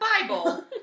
Bible